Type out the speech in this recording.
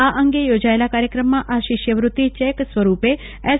આ પ્રસંગે યોજાયેલા કાર્યક્રમમાં આ શિષ્યવૃત્તિ ચેક સ્વરૂપે એસ